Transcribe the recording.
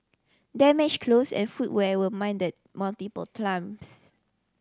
damaged clothes and footwear were mended multiple times